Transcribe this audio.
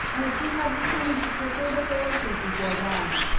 and if she had determined to prefer the pharisees before them,